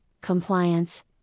compliance